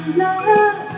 love